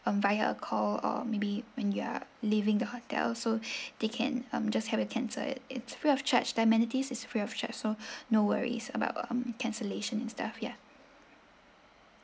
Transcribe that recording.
um via a call or maybe when you are leaving the hotel so they can um just have a cancel it it's free of charge the amenities is free of charge so no worries about um cancellation and stuff ya